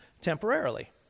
temporarily